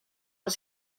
los